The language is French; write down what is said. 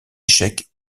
échec